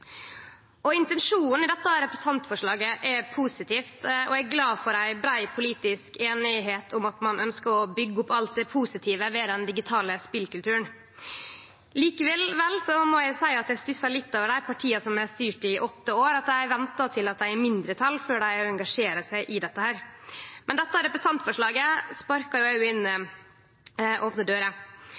Intensjonen i dette representantforslaget er positiv, og eg er glad for at det er ei brei politisk einigheit om at ein ønskjer å byggje opp alt det positive ved den digitale spelkulturen. Likevel må eg seie at eg stussar litt over dei partia som har styrt i åtte år, at dei ventar til dei er i mindretal før dei engasjerer seg i dette. Representantforslaget sparkar òg inn opne dører, for ein del av tiltaka som blir føreslått, er jo